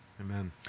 Amen